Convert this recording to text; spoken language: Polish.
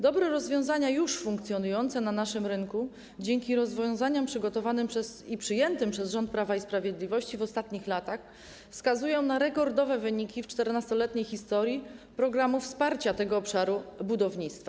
Dobre rozwiązania już funkcjonujące na naszym rynku dzięki rozwiązaniom przygotowanym i przyjętym przez rząd Prawa i Sprawiedliwości w ostatnich latach wskazują na rekordowe wyniki w 14-letniej historii programu wsparcia tego obszaru budownictwa.